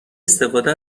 استفاده